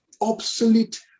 obsolete